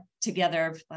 together